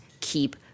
keep